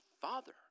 father